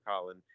Colin